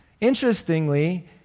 interestingly